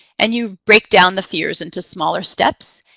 and you break down the fears into smaller steps,